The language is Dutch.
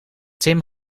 tim